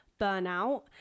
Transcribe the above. burnout